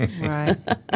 Right